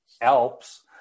Alps